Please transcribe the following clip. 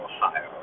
Ohio